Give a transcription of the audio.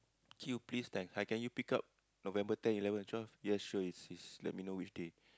queue please thanks hi can you pick up November ten eleven and twelve yes sure it's it's let me know which day